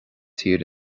tír